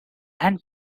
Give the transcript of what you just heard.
and